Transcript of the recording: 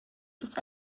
ist